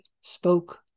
spoke